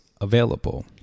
available